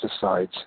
pesticides